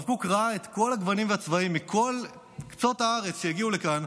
הרב קוק ראה את כל הגוונים והצבעים מכל קצות הארץ שהגיעו לכאן.